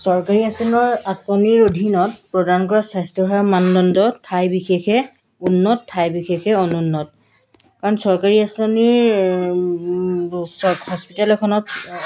চৰকাৰী আচিনৰ আঁচনিৰ অধীনত প্ৰদান কৰা স্বাস্থ্যসেৱা মানদণ্ড ঠাই বিশেষে উন্নত ঠাই বিশেষে অনুন্নত কাৰণ চৰকাৰী আঁচনিৰ হস্পিটেল এখনত